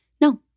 no